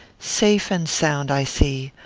safe and sound, i see.